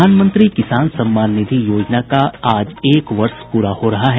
प्रधानमंत्री किसान सम्मान निधि योजना का आज एक वर्ष प्रा हो रहा है